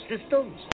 systems